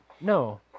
No